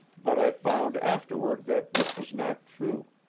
but i found afterward that this was not true.